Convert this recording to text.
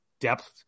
depth